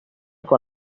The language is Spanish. con